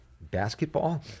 basketball